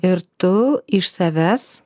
ir tu iš savęs